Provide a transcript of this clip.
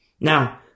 Now